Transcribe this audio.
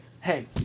hey